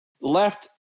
Left